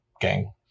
gang